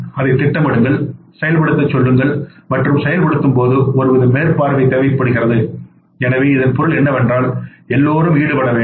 அதைத் திட்டமிடுங்கள் செயல்படுத்தச் செல்லுங்கள் மற்றும் செயல்படுத்தும்போது போது ஒருவித மேற்பார்வை தேவைப்படுகிறது எனவே இதன் பொருள் என்னவென்றால் எல்லோரும் ஈடுபட வேண்டும்